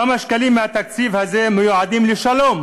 כמה שקלים מהתקציב הזה מיועדים לשלום?